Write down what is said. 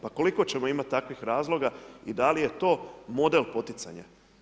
Pa koliko ćemo imati takvih razloga i da li je to model poticanja.